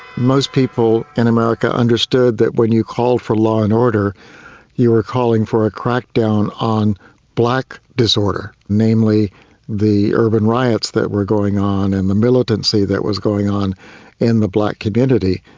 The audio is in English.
most people in america understood that when you called for law and order you were calling for a crackdown on black disorder, namely the urban riots that were going on and the militancy that was going on in the black community.